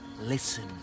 listen